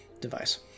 device